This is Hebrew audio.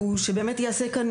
הוא שבאמת ייעשה כאן,